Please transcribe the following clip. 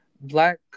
Black